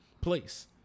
place